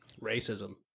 Racism